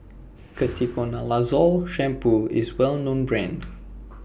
Ketoconazole Shampoo IS Well known Brand